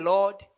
Lord